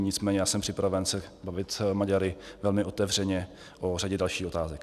Nicméně já jsem připraven se bavit s Maďary velmi otevřeně o řadě dalších otázek.